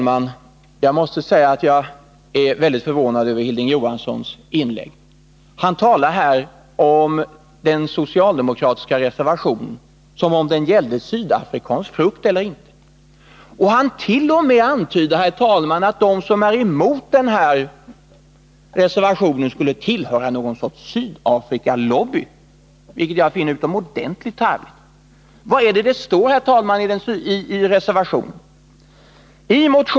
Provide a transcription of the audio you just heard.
Herr talman! Jag är verkligen förvånad över Hilding Johanssons inlägg. Han talar här om den socialdemokratiska reservationen som om den bara gällde om vi skall köpa sydafrikansk frukt eller inte. Han antyder t.o.m.. herr talman, att de som är emot den skulle tillhöra någon sorts Sydafrikalobby, vilket jag finner utomordentligt tarvligt.